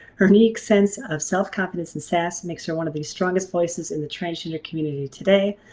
her unique sense of self-confidence and sass makes her one of the strongest voices in the transgender community today.